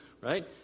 right